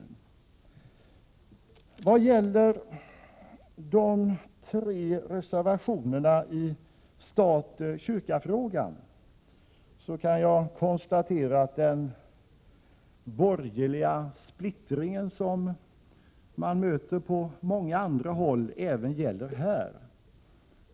87 Vad gäller de tre reservationerna i stat-kyrka-frågan kan jag konstatera att den borgerliga splittring som man möter på många andra håll även gäller här.